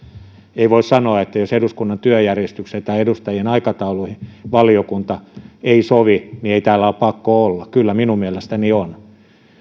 ei voi sanoa että jos eduskunnan työjärjestykseen tai edustajien aikatauluihin valiokunta ei sovi niin ei täällä ole pakko olla kyllä minun mielestäni on